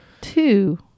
two